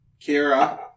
Kira